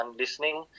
listening